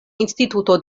instituto